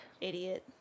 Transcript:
Idiot